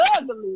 ugly